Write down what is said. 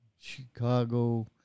Chicago